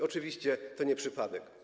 Oczywiście to nie przypadek.